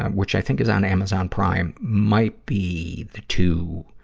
which i think is on amazon prime, might be the two